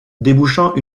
débouchant